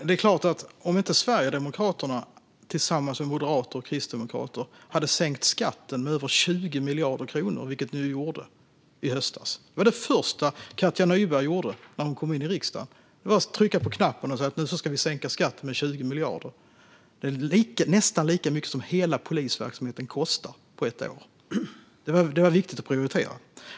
Fru talman! Sverigedemokraterna tillsammans med moderater och kristdemokrater sänkte skatten med över 20 miljarder kronor i höstas. Det var det första Katja Nyberg gjorde när hon kom in i riksdagen. Då tryckte hon på knappen och sa att de skulle sänka skatten med 20 miljarder. Det är nästan lika mycket som hela polisverksamheten kostar på ett år. Det var viktigt att prioritera.